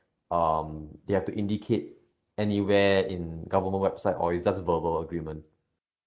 um they have to indicate anywhere in government website or it's just verbal agreement